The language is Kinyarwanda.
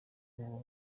ubu